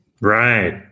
Right